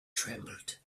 trembled